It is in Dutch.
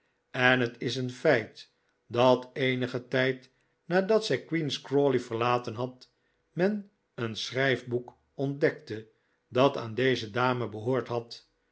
en het is een feit dat eenigen tijd nadat zij queen's crawley vcrlaten had men een schrijfboek ontdekte dat aan deze dame behoord had